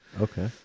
Okay